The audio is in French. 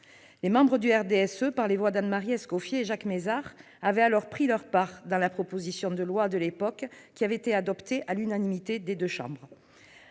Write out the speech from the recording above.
Les membres du RDSE, par les voix d'Anne-Marie Escoffier et de Jacques Mézard, avaient alors pris leur part dans la proposition de loi qui avait été à l'époque adoptée à l'unanimité des deux chambres.